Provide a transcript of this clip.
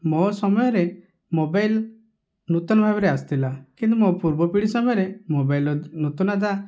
ମୋ' ସମୟରେ ମୋବାଇଲ ନୂତନ ଭାବରେ ଆସିଥିଲା କିନ୍ତୁ ମୋ ପୂର୍ବ ପିଢ଼ି ସମୟରେ ମୋବାଇଲ ନଥିଲା ତା